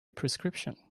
prescription